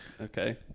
okay